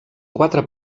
quatre